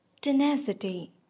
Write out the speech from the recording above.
tenacity